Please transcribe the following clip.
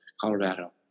Colorado